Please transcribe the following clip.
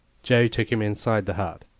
joe took him inside the hut,